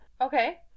Okay